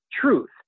truth